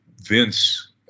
Vince